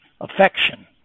affection